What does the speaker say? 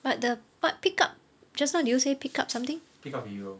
but the but pick up just now you say pick up something